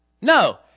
No